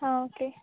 हा ओके